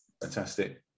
Fantastic